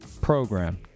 program